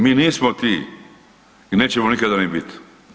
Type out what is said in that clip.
Mi nismo ti i neće nikada ni biti.